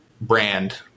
brand